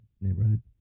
neighborhood